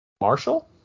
Marshall